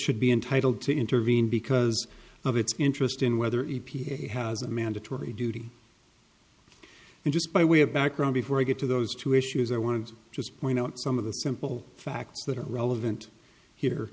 should be entitled to intervene because of its interest in whether e p a has a mandatory duty and just by way of background before i get to those two issues i want to just point out some of the simple facts that are relevant here